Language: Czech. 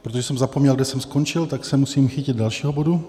Protože jsem zapomněl, kde jsem skončil, tak se musím chytit dalšího bodu.